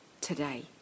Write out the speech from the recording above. today